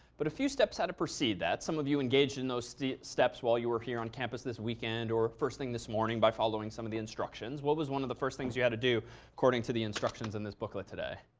but a few steps had to precede that. some of you engaged in those steps while you were here on campus this weekend, or first thing this morning by following some of the instructions. what was one of the first things you had to do according to the instructions in this booklet today?